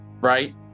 Right